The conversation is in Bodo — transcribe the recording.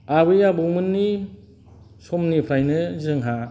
आबै आबौमोननि समनिफ्रायनो जोंहा